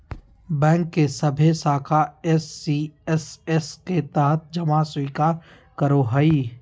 bank के सभे शाखा एस.सी.एस.एस के तहत जमा स्वीकार करो हइ